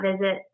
visit